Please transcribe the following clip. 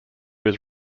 was